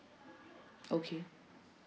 okay